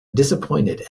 disappointed